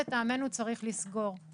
לטעמנו, צריך לסגור את הפער הזה.